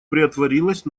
приотворилась